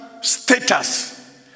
status